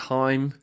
time